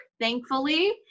thankfully